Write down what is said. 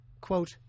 Quote